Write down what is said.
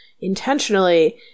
intentionally